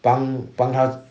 帮帮他